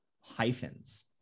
hyphens